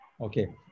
Okay